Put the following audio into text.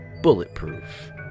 bulletproof